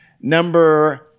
Number